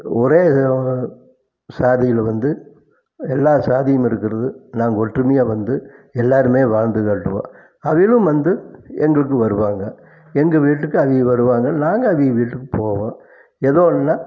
ஒரே சாதியில் வந்து எல்லா சாதியும் இருக்கிறது நாங்கள் ஒற்றுமையாக வந்து எல்லோருமே வாழ்ந்து காட்டுவோம் அதிலும் வந்து எங்களுக்கு வருவாங்க எங்கள் வீட்டுக்கு அவிங்க வருவாங்க நாங்கள் அவிங்க வீட்டுக்கு போவோம் எதோ ஒன்றுனா